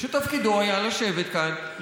שתפקידו היה לשבת כאן,